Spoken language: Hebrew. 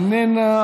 איננה,